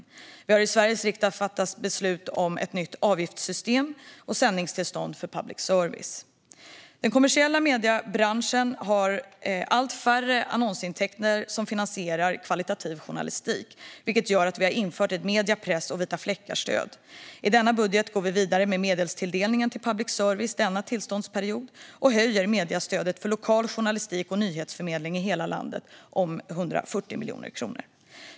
Det har i Sveriges riksdag fattats beslut om ett nytt avgiftssystem och sändningstillstånd för public service. Den kommersiella mediebranschen har allt färre annonsintäkter som finansierar högkvalitativ journalistik, vilket gör att vi har infört ett medie-, press och vita-fläckar-stöd. I denna budget går vi vidare med medelstilldelningen till public service denna tillståndsperiod och höjer mediestödet till lokal journalistik och nyhetsförmedling i hela landet med 140 miljoner kronor.